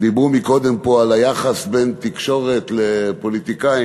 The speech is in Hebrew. שדיברו קודם פה על היחס בין תקשורת לפוליטיקאים,